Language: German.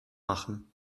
machen